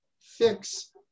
fix